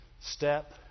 Step